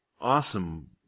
awesome